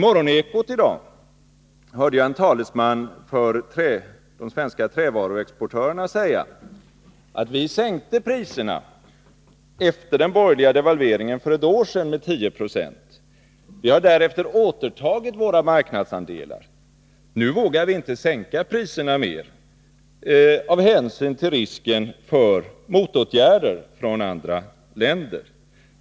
I Morgonekot i dag hörde jag en talesman för de svenska trävaruexportörerna säga: Vi sänkte priserna efter den borgerliga devalveringen för ett år sedan med 10 96. Vi har därefter återtagit våra marknadsandelar. Nu vågar vi inte sänka priserna mera av hänsyn till risken för motåtgärder från andra länder.